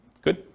Good